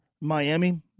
Miami